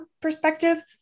perspective